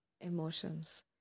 emotions